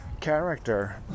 character